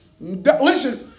Listen